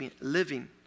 living